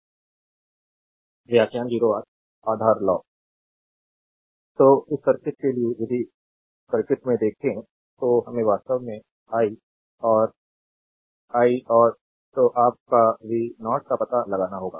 electrical engineering के बुनियादी ढांचे prof Debapriya Das electrical engineering विभाग भारतीय प्रौद्योगिकी संस्थान खड़गपुर व्याख्यान - 08 आधार लॉ जारी स्लाइड टाइम देखें 0028 तो इस सर्किट के लिए यदि सर्किट में देखें तो हमें वास्तव में i और i और तो आप का v0 का पता लगाना होगा